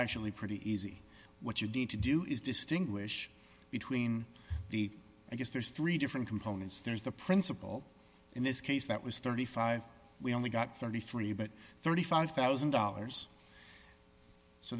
actually pretty easy what you need to do is distinguish between the i guess there's three different components there's the principle in this case that was thirty five we only got thirty three but thirty five thousand dollars so